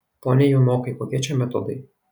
pone junokai kokie čia metodai